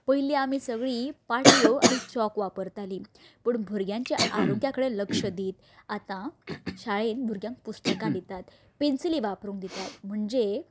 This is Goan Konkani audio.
पयलीं आमी सगलीं पाटयो आनी चॉक वापरताली पूण भुरग्यांचे आरोग्या कडेन लक्ष दिवन आतां शाळेन भुरग्यांक पुस्तकां दितात पेन्सिली वापरूंक दितात म्हणजे